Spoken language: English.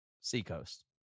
Seacoast